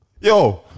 Yo